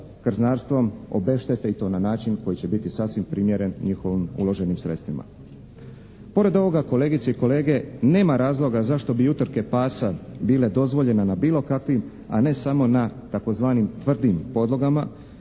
krznarstvom obeštete i to na način koji će biti sasvim primjeren njihovim uloženim sredstvima. Pored ovoga kolegice i kolege, nema razloga zašto bi utrke pasa bile dozvoljene na bilo kakvim, a ne samo na tzv. tvrdim podlogama,